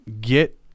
get